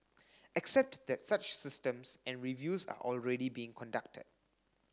except that such systems and reviews are already being conducted